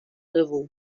level